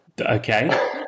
Okay